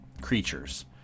creatures